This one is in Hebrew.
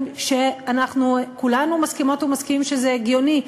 שאנחנו כולנו מסכימות ומסכימים שזה הגיוני,